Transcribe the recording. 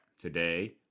Today